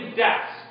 deaths